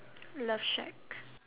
love shack